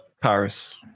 Paris